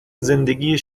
زندگی